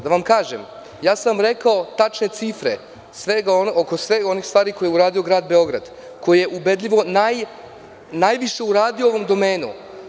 Da vam kažem, ja sam vam rekao tačne cifre onih stvari koje je uradio grad Beograd, koji je ubedljivo najviše uradio u ovom domenu.